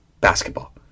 basketball